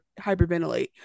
hyperventilate